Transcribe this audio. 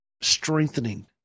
strengthening